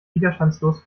widerstandslos